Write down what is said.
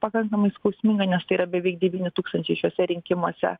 pakankamai skausminga nes tai yra beveik devyni tūkstančiai šiuose rinkimuose